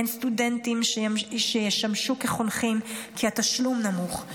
אין סטודנטים שישמשו חונכים, כי התשלום נמוך.